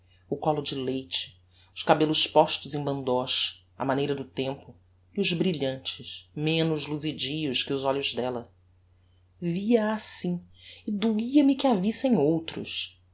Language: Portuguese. o collo de leite os cabellos postos em bandós á maneira do tempo e os brilhantes menos luzidios que os olhos della via-a assim e doía-me que a vissem outros